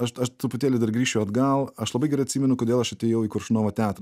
aš aš truputėlį dar grįšiu atgal aš labai gerai atsimenu kodėl aš atėjau į koršunovo teatrą